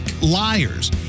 liars